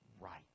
right